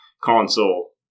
console